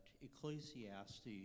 Ecclesiastes